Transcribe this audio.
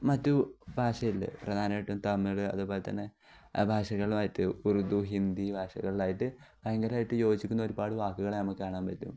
മറ്റു ഭാഷയിൽ പ്രധാനമായിട്ടും തമിഴ് അതുപോലെ തന്നെ ഭാഷകളുമായിട്ട് ഉറുദു ഹിന്ദി ഭാഷകളിലായിട്ട് ഭയങ്കരമായിട്ട് യോജിക്കുന്നത് ഒരുപാട് വാക്കുകളെ നമക്ക് കാണാൻ പറ്റും